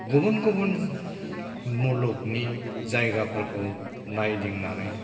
गुबुन गुबुन मुलुगनि जायगाफोरखौ नायदिंनानै